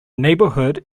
neighborhood